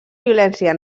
violència